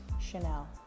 Chanel